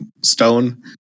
stone